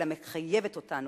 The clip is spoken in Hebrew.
אלא מחייב אותנו,